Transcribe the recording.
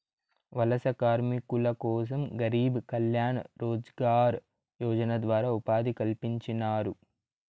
వలస కార్మికుల కోసం గరీబ్ కళ్యాణ్ రోజ్గార్ యోజన ద్వారా ఉపాధి కల్పించినారు